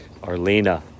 Arlena